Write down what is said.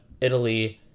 Italy